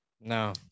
No